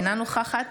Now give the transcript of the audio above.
אינה נוכחת